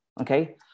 okay